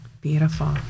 Beautiful